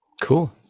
Cool